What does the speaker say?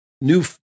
new